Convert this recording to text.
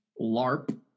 LARP